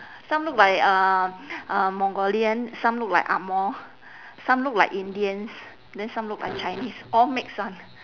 some look like uh uh mongolian some look like angmoh some look like indians then some look like chinese all mix [one]